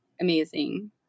amazing